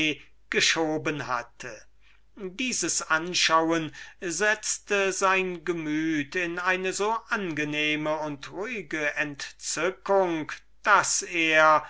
geschoben hatte dieses anschauen setzte sein gemüt in eine so angenehme und ruhige entzückung daß er